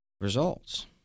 results